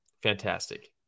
fantastic